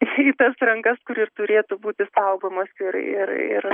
į tas rankas kur ir turėtų būti saugomos ir ir ir